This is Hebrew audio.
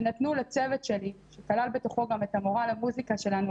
שנתנו לצוות שלי שכלל בתוכו גם את המורה למוסיקה שלנו,